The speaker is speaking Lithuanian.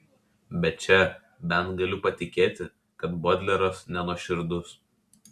bet čia bent galiu patikėti kad bodleras nenuoširdus